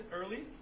early